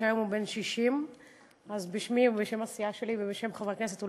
שהיום הוא בן 60. בשמי ובשם הסיעה שלי ובשם חברי הכנסת,